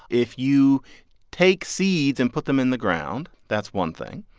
if you take seeds and put them in the ground, that's one thing.